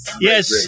Yes